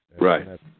Right